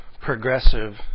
progressive